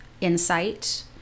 insight